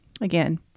again